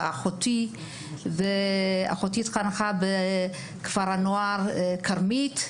אחותי התחנכה בכפר הנוער כרמית,